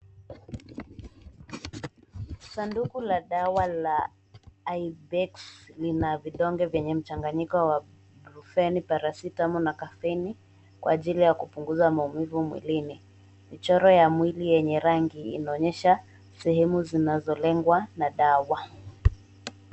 Sanduku la dawa la IBEX lina vidonge vyenye mchanganyiko wa brufen paracetamol na caffeine kwa ajili ya kupunguza maumivu mwilini. Michoro ya mwili yenye rangi inaonyesha sehemu zinazolengwa na dawa.